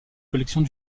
collections